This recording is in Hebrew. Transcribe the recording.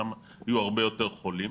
ששם היו הרבה יותר חולים,